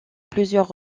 plusieurs